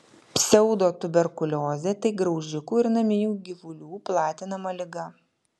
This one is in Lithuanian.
pseudotuberkuliozė tai graužikų ir naminių gyvulių platinama liga